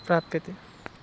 प्राप्यते